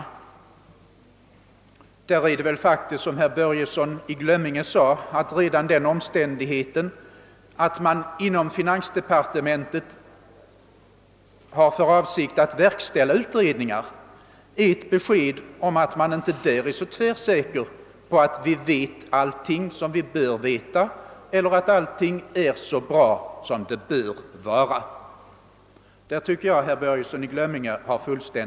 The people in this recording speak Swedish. På denna punkt förhåller det sig väl som herr Börjesson i Glömminge sade, att redan den omständigheten att man inom finansdepartementet har för avsikt att verkställa utredningar är ett besked om att man där inte är så tvärsäker på att vi vet allt vi bör veta i detta sammanhang eller att allt är så bra ordnat som det borde vara.